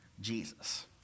Jesus